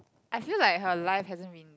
I feel like her life hasn't been